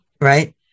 right